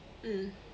mm